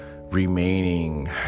remaining